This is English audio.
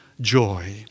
joy